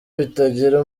bitagira